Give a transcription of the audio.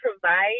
provide